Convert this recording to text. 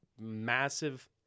massive